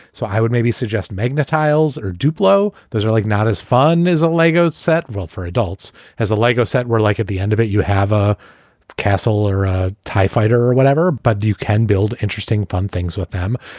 so i would maybe suggest magnet tiles or duplo. those are like not as fun as a lego set. well, for adults has a lego set. we're like at the end of it, you have a castle or a tie fighter or whatever, but you can build interesting fun things with them.